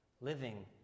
living